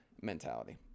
mentality